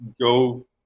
go